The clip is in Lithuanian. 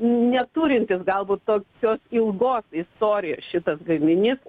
neturintis galbūt tokios ilgos istorijos šitas gaminys